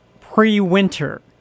pre-winter